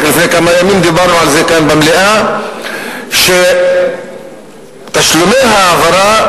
רק לפני כמה ימים דיברנו כאן במליאה על זה שתשלומי ההעברה